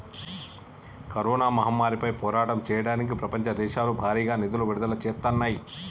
corona మహమ్మారిపై పోరాటం చెయ్యడానికి ప్రపంచ దేశాలు భారీగా నిధులను విడుదల చేత్తన్నాయి